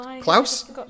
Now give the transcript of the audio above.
Klaus